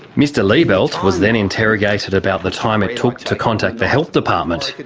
mr liebelt was then interrogated about the time it took to contact the health department,